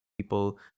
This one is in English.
people